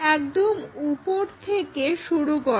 একদম উপর থেকে শুরু করো